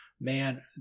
man